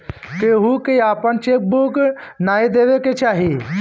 केहू के आपन चेक बुक नाइ देवे के चाही